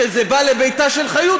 כשזה בא לביתה של חיות,